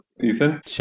Ethan